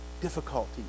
difficulty